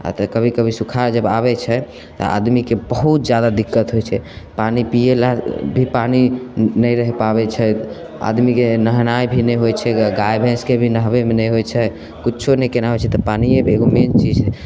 आ तऽ कभी कभी सुखाड़ जे आबैत छै आदमीके बहुत जादा दिक्कत होइत छै पानि पीए ला भी पानि नहि रहि पाबैत छै आदमीके नहेनाइ भी नहि होइत छै गाय भैंसके भी नहबैमे नहि होइत छै किछु नहि केनाइ होइत छै तऽ पानिए तऽ एगो एहन चीज हय